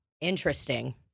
Interesting